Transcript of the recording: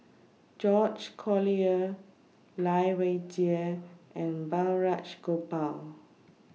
George Collyer Lai Weijie and Balraj Gopal